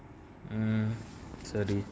mmhmm sorry